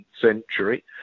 century